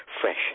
fresh